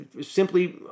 simply